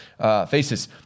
faces